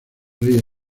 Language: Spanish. rey